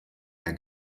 mehr